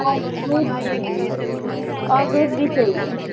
और दूध भी चाहिए और दूध भी चाहिए